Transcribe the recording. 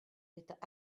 l’état